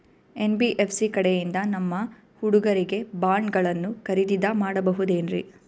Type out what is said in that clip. NBFC ಕಡೆಯಿಂದ ನಮ್ಮ ಹುಡುಗರಿಗೆ ಬಾಂಡ್ ಗಳನ್ನು ಖರೀದಿದ ಮಾಡಬಹುದೇನ್ರಿ?